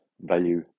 value